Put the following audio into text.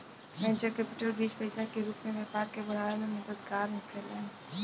venture capital बीज पईसा के रूप में व्यापार के बढ़ावे में मददगार होखेला